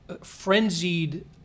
frenzied